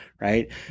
right